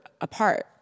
apart